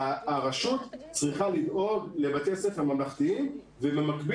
הרשות צריכה לדאוג לבתי ספר ממלכתיים ובמקביל